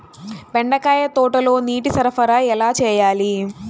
బెండకాయ తోటలో నీటి సరఫరా ఎలా చేయాలి?